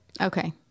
Okay